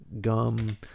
gum